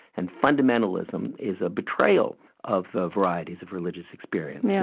and fundamentalism is a betrayal of the varieties of religious experience, yeah